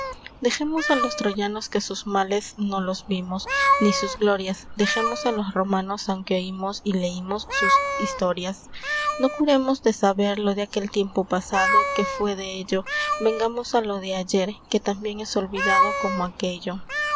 dexemos a los troyanos que sus males no los vimos ni sus glorias dexemos a los romanos avnque oymos y leymos sus estorias no curemos de saber lo de aquel tienpo passado que fue dello vengamos a lo de ayer que tan bien es oluidado como aquello